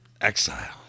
Exile